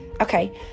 Okay